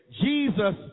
Jesus